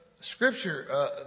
Scripture